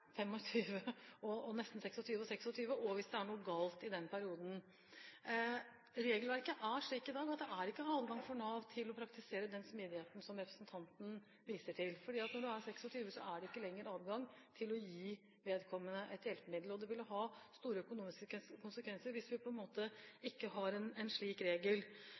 noe galt i denne perioden. Regelverket er slik i dag at det ikke er adgang for Nav til å praktisere den smidigheten som representanten viser til, fordi når man er 26 år, er det ikke lenger adgang til å gi vedkommende et nytt hjelpemiddel. Det vil ha store økonomiske konsekvenser hvis vi ikke har en slik regel. Jeg har ikke noe grunnlag for å si at det har